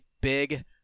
big